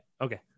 Okay